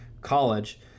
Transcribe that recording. college